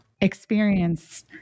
experience